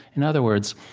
in other words,